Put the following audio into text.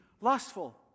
lustful